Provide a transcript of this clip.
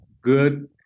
good